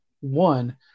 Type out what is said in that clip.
one